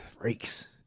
Freaks